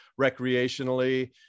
recreationally